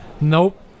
Nope